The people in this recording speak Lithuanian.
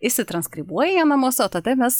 išsitranskribuoja jie namuose o tada mes